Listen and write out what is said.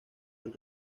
del